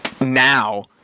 now